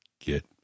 get